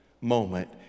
moment